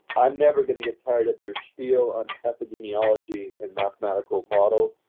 i'm never going to get tired of your spiel on epidemiology and mathematical models.